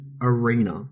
Arena